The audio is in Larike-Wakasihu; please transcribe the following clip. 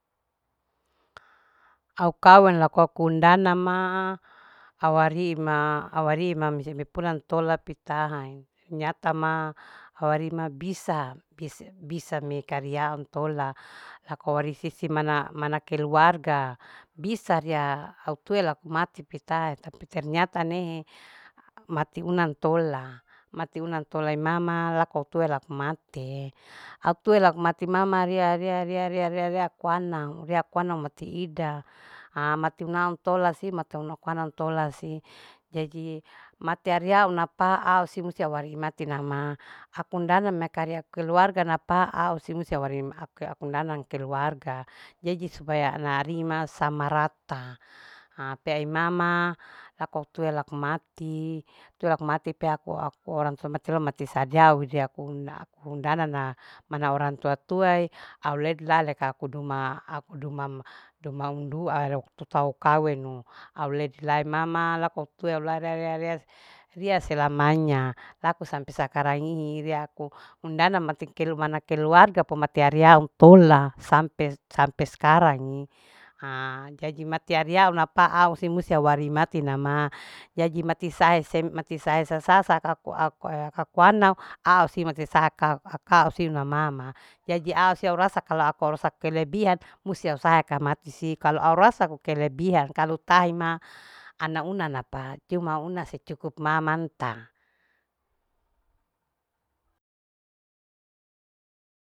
Au kawin lako aku undana ma au wari'i ma au wari'i ma seme pulang ntola pitaha nyata maawari ma bisa bisa me karia ntola lako risisi mana mana keluarga bisa ria au tue laku mati pi tae tapi ternyata nehe mati una ntola mati una ntola imama laku au tue laku mati, au tue laku mati mama ria. ria. ria. ria. ria. ria ako ana ria koana mati ida mati unau ntola, mateu ungku ana ntola si matau ungku ana jadi mati aria auna paa si musti auwari mati nama aku undana mekaria keluarga na paa use musi awari ake aku undana keluarga jadi supaya ana rima sama rata pea imama lako au tue laku mati tue laku mati pea aku aku orang mati sadiau au undana na mana orang tua. tuae au ledi lale ka aku duma aku duma duma undua ro tutau kawengo au ledi lae mama laku au tue lai ria. ria. ria. ria selamanya laku sampe sakarang ini ria aku undana mati kelu mana keluarga po mati ariau ntola. ntola sampe sampe sekarang ni jadi mati ariau una pa au semusti wari mati na ma jadi mati sahe sem mati sahe sasa sa ako ako ako anao a aku asiu mati sakao au sina mama jadi au siu au rasa kalu aku au usaha kelebihan musti au usaha kamati si kau au rasa ku kelebihan kalu tahe ma ana una napa keu ma una secukup ma manta